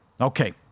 Okay